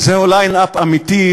זהו ליין-אפ אמיתי,